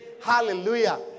Hallelujah